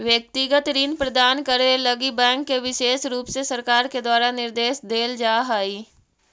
व्यक्तिगत ऋण प्रदान करे लगी बैंक के विशेष रुप से सरकार के द्वारा निर्देश देल जा हई